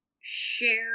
share